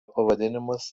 pavadinimas